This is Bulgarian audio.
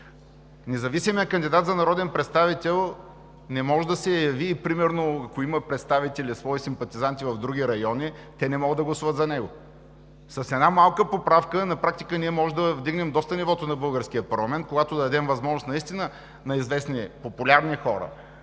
Независимият кандидат за народен представител не може да се яви и ако има представители, свои симпатизанти в други райони, те не могат да гласуват за него. С една малка поправка на практика ние можем да вдигнем доста нивото на българския парламент, когато дадем възможност наистина на известни, популярни хора